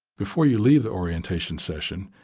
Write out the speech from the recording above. before you leave the orientation session,